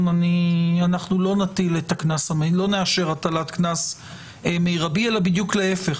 אנחנו לא נאשר הטלת קנס מרבי אלא בדיוק להפך.